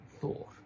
thought